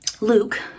Luke